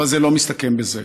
אבל זה לא מסתכם בזה.